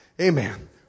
Amen